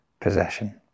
possession